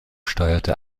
steuerte